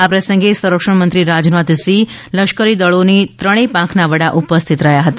આ પ્રસંગે સંરક્ષણ મંત્રી રાજનાથસિંહ લશ્કરી દળોની ત્રણેય પાંખના વડા ઉપસ્થિત રહ્યા હતા